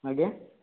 ଆଜ୍ଞା